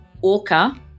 Orca